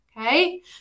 okay